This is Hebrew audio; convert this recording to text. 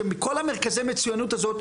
שמכל מרכזי מצוינות הזאת,